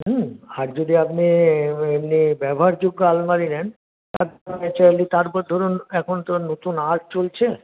হুম আর যদি আপনি এমনি ব্যবহারযোগ্য আলমারি নেন তারপর ধরুন এখন নতুন আর্ট চলছে